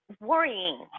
worrying